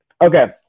Okay